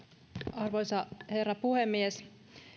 arvoisa herra puhemies